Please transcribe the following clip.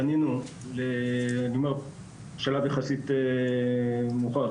פנינו בשלב יחסית מאוחר,